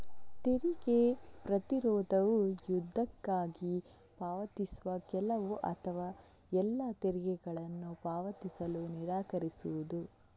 ತೆರಿಗೆ ಪ್ರತಿರೋಧವು ಯುದ್ಧಕ್ಕಾಗಿ ಪಾವತಿಸುವ ಕೆಲವು ಅಥವಾ ಎಲ್ಲಾ ತೆರಿಗೆಗಳನ್ನು ಪಾವತಿಸಲು ನಿರಾಕರಿಸುವುದು